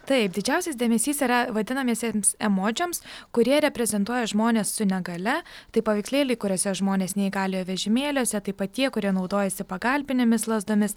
taip didžiausias dėmesys yra vadinamiesiems emodžiams kurie reprezentuoja žmones su negalia tai paveikslėliai kuriuose žmonės neįgaliojo vežimėliuose taip pat tie kurie naudojasi pagalbinėmis lazdomis